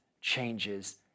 changes